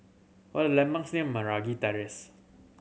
what the landmarks near Meragi Terrace